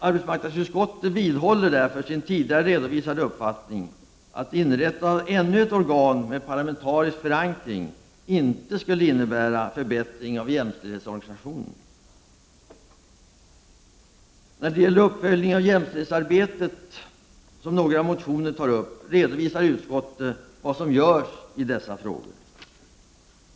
Arbetsmarknadsutskottet vidhåller därför sin tidigare redovisade uppfattning att inrättande av ännu ett organ med parlamentarisk förankring inte skulle innebära någon förbättring av jämställdhetsorganisationen. När det gäller uppföljning av jämställdhetsarbetet, som några motioner tar upp, redovisar utskottet vad som görs i dessa frågor.